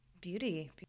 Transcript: Beauty